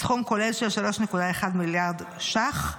בסכום כולל של 3.1 מיליארד ש"ח,